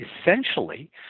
essentially